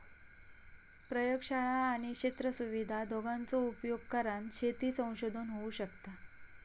प्रयोगशाळा आणि क्षेत्र सुविधा दोघांचो उपयोग करान शेती संशोधन होऊ शकता